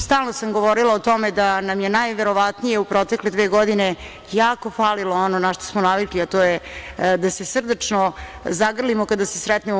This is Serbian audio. Stalno sam govorila o tome da nam je najverovatnije u protekle dve godine jako falilo ono na šta smo navikli, a to je da se srdačno zagrlimo kada se sretnemo.